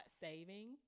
saving